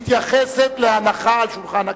מתייחסת להנחה על שולחן הכנסת.